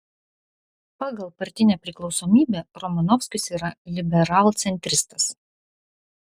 pagal partinę priklausomybę romanovskis yra liberalcentristas